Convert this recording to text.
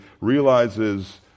realizes